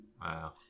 Wow